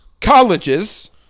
Colleges